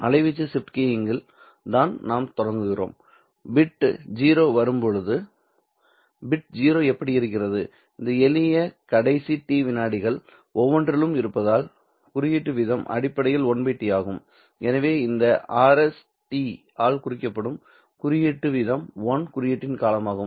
அலைவீச்சு ஷிப்ட் கீயிங்கில் தான் நாம் தொடங்குகிறோம் பிட் 0 வரும்போது பிட் 0 எப்படி இருக்கிறது இந்த எளிய கடைசி T விநாடிகள் ஒவ்வொன்றிலும் இருப்பதால் குறியீட்டு வீதம் அடிப்படையில் 1 T ஆகும் எனவே இந்தRs T ஆல் குறிக்கப்படும் குறியீட்டு வீதம் 1 குறியீட்டின் காலமாகும்